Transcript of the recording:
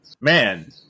Man